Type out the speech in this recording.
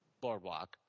boardwalk